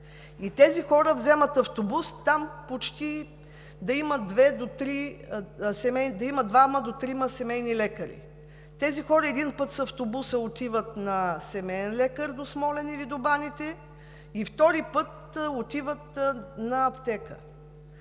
Тези хора вземат автобуса – там, да има двама до трима семейни лекари, тези хора един път с автобус отиват на семеен лекар до Смолян или до Баните, втори път, отиват на аптека.